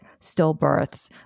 stillbirths